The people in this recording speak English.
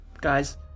guys